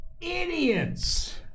Idiots